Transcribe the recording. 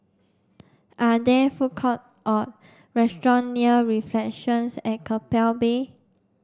are there food court or restaurant near Reflections at Keppel Bay